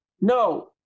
No